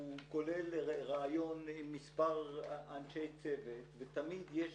הוא כולל ראיון עם מספר אנשי צוות ותמיד יש